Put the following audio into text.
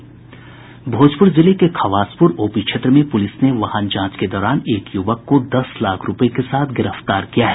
भोजपुर जिले के ख्वासपुर ओपी क्षेत्र में पुलिस ने वाहन जांच के दौरान एक युवक को दस लाख रूपये के साथ गिरफ्तार किया है